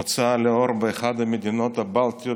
הוא הוצא לאור באחת המדינות הבלטיות